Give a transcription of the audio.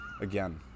again